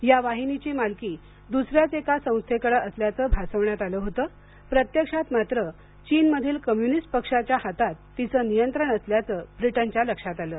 या वाहिनीची मालकी दुसऱ्याच एका संस्थेकडं असल्याचं भासवण्यात आलं होतं प्रत्यक्षात मात्र चीनमधील कम्युनिस्ट पक्षाच्या हातात तिचं नियंत्रण असल्याचं ब्रिटनच्या लक्षात आलं